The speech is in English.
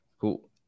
Cool